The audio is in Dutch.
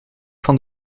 van